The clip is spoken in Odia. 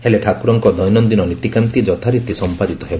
ହେଲ ଠାକୁରଙ୍କ ଦୈନନିନ ନୀତିକାନ୍ତି ଯଥାରୀତି ସମ୍ମାଦିତ ହେବ